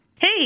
Hey